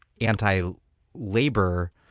anti-labor